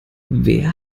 wer